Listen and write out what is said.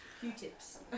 Q-tips